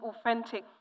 authentic